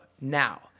now